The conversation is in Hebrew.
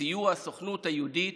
בסיוע הסוכנות היהודית,